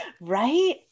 Right